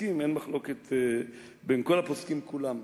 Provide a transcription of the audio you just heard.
אין מחלוקת בין כל הפוסקים כולם.